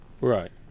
right